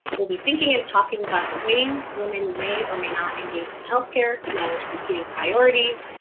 we'll be thinking and talking about the ways women may or may not engage in healthcare, manage competing priorities,